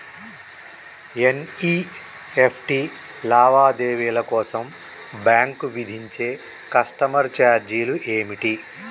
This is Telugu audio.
ఎన్.ఇ.ఎఫ్.టి లావాదేవీల కోసం బ్యాంక్ విధించే కస్టమర్ ఛార్జీలు ఏమిటి?